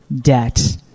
debt